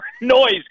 noise